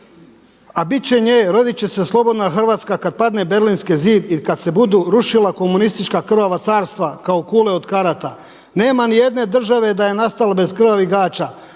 a bit će nje, rodit će se slobodna Hrvatska kada padne Berlinski zid i kada se budu rušila komunistička krvava carstva kao kule od karata. Nema ni jedne države da je nastala bez krvavih gaća.